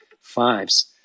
fives